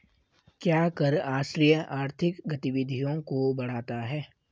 क्या कर आश्रय आर्थिक गतिविधियों को बढ़ाता है?